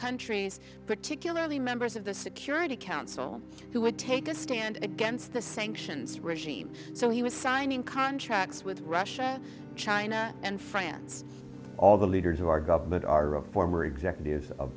countries particularly members of the security council who would take a stand against the sanctions regime so he was signing contracts with russia china and france all the leaders of our government are a former executive